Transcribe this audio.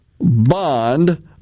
Bond